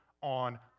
on